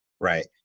Right